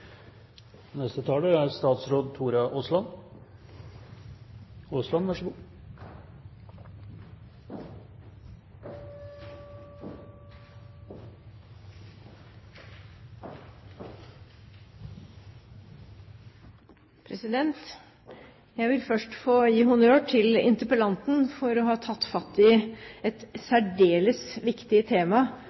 Jeg vil først få gi honnør til interpellanten for å ha tatt fatt i et særdeles viktig tema,